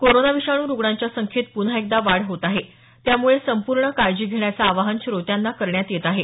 corona विषाणू रुग्णांच्या संख्येत प्न्हा एकदा वाढ होत आहे त्यामुळे संपूर्ण काळजी घेण्याचं आवाहन श्रोत्यांना करण्यात येत आहे